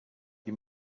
you